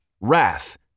Wrath